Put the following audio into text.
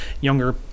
younger